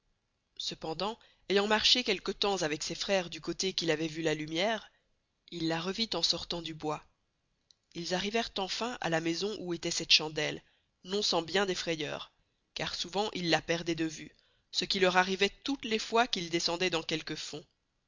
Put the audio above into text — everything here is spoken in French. cependant ayant marché quelque temps avec ses freres du costé qu'il avoit veu la lumiere il la revit en sortant du bois ils arriverent enfin à la maison où estoit cette chandelle non sans bien des frayeurs car souvent ils la perdoient de veuë ce qui leur arrivoit toutes les fois qu'ils descendoient dans quelques fonds